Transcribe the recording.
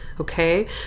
okay